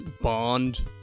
bond